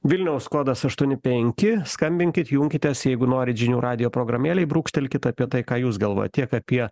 vilniaus kodas aštuoni penki skambinkit junkitės jeigu norit žinių radijo programėlėj brūkštelkit apie tai ką jūs galvojat tiek apie